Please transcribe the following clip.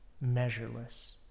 measureless